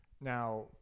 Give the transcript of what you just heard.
Now